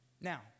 Now